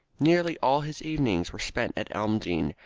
nearly all his evenings were spent at elmdene,